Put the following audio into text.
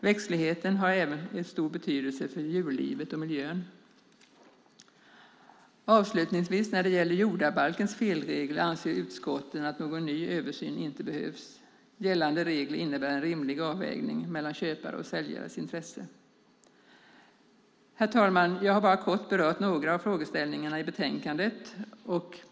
Växtligheten har även stor betydelse för djurlivet och miljön. När det gäller jordabalkens felregler anser utskottet att någon översyn inte behövs. Gällande regler innebär en rimlig avvägning mellan köparens och säljarens intressen. Herr talman! Jag har kort berört några av frågeställningarna i betänkandet.